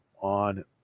on